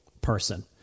person